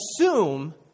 assume